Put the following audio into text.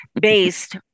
based